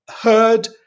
heard